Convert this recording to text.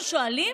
אנחנו שואלים.